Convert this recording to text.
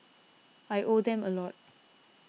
I owe them a lot